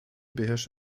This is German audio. beherrscht